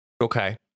Okay